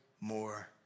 more